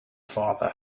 father